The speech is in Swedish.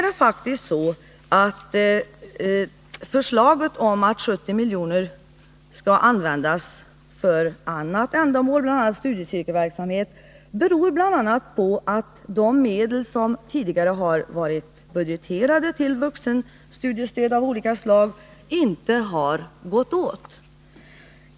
Att regeringen har föreslagit att 70 miljoner skall användas för annat ändamål, bl.a. studiecirkelverksamhet, beror bl.a. på att de medel som tidigare varit budgeterade till vuxenstudiestöd av olika slag faktiskt inte har gått åt.